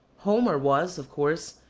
homer was, of course,